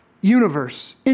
universe